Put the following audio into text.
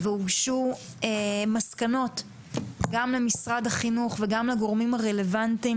והוגשו מסקנות גם למשרד החינוך וגם לגורמים הרלוונטיים